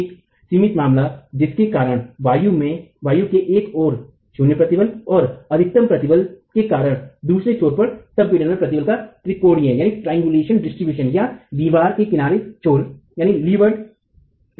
एक सिमित मामला जिसके कारण वायु के एक ओर शून्य प्रतिबल और अधिकतम प्रतिबल के कारण दूसरे छोर पर संपीडन में प्रतिबल का त्रिकोणीय वितरण या दीवारके किनारे के छोर पर होता है